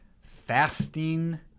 fasting